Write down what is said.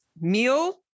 meal